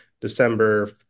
December